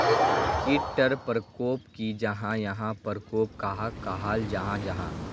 कीट टर परकोप की जाहा या परकोप कहाक कहाल जाहा जाहा?